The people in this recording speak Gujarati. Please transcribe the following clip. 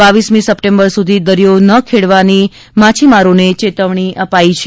બાવીસમી સપ્ટેમ્બર સુધી દરિયો નહી ખેડવા માછીમારોને ચેતવણી અપાઇ છે